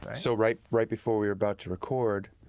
so right right before we were about to record,